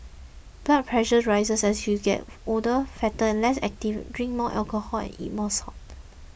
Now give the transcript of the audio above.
blood pressure rises as you get older fatter less active drink more alcohol and eat more salt